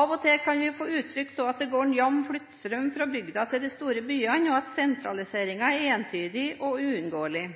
Av og til kan vi få inntrykk av at det går en jevn flyttestrøm fra bygda til de store byene, og at sentraliseringen er entydig og uunngåelig.